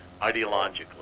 ideologically